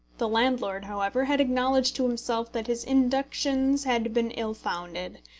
the landlord, however, had acknowledged to himself that his inductions had been ill-founded,